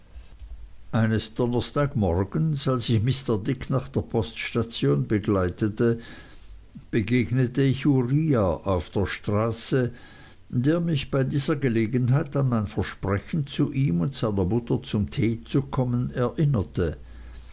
eines donnerstag morgens als ich mr dick nach der poststation begleitete begegnete ich uriah auf der straße der mich bei dieser gelegenheit an mein versprechen zu ihm und seiner mutter zum tee zu kommen erinnerte